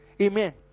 amen